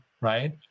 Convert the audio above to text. right